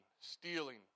stealing